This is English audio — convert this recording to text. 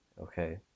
okay